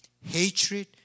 hatred